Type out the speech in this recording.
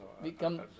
become